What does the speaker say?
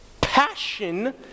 Passion